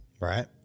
Right